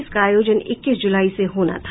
इसका आयोजन इक्कीस जुलाई से होना था